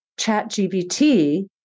ChatGPT